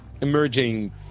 emerging